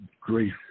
grace